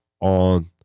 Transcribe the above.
on